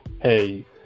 hey